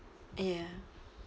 ya